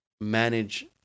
manage